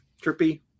Trippy